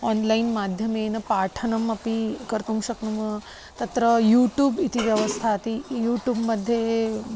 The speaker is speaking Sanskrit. आन्लैन् माध्यमेन पाठनम् अपि कर्तुं शक्नुमः तत्र यूटूब् इति व्यवस्थास्ति यूटूब्मध्ये